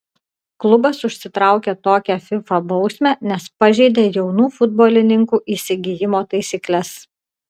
klubas užsitraukė tokią fifa bausmę nes pažeidė jaunų futbolininkų įsigijimo taisykles